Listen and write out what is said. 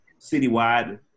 citywide